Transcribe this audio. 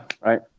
right